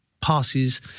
passes